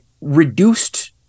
reduced